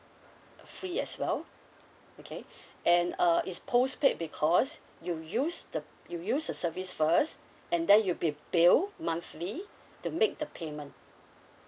free as well okay and uh is postpaid because you use the you use the service first and then you'll be bill monthly to make the payment